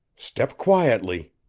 step quietly,